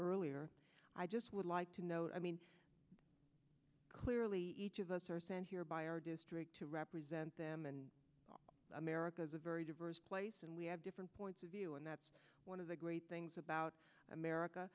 earlier i just would like to note i mean clearly each of us are sent here by our district to represent them and america is a very diverse place and we have different points of view and that's one of the great things about america